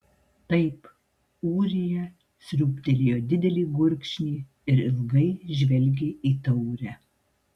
taip ūrija sriūbtelėjo didelį gurkšnį ir ilgai žvelgė į taurę